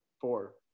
four